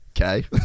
okay